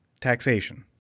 taxation